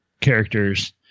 characters